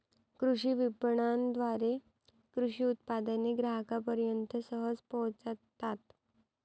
कृषी विपणनाद्वारे कृषी उत्पादने ग्राहकांपर्यंत सहज पोहोचतात